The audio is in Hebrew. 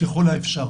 ככל האפשר.